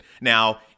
Now